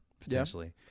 potentially